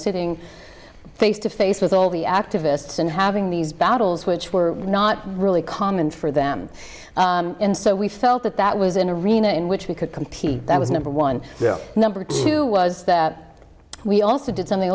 sitting face to face with all the activists and having these battles which were not really common for them and so we felt that that was in a reno in which we could compete that was number one number two was that we also did something a